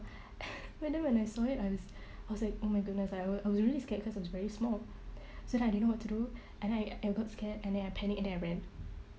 and then when I saw it I was I was like oh my goodness I wa~ I was really scared cause I was very small so then I didn't know what to do and then I I got scared and then I panic and then I ran